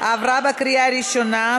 עברה בקריאה ראשונה,